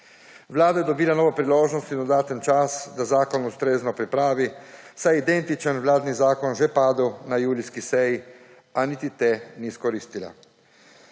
Vlada je dobila novo priložnost in dodaten čas, da zakon ustrezno pripravi, saj je identičen vladni zakon že padel na julijski seji, a niti te ni izkoristila.